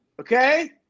Okay